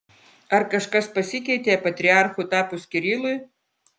ar kažkas pasikeitė patriarchu tapus kirilui